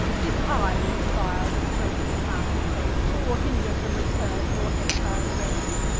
did i with fire the trojan town deface, or hinder from return your exil'd race?